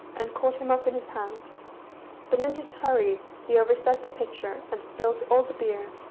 and caught him up in his hand but in his hurry he overset the pitcher, and spilt all the beer,